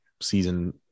season